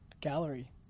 gallery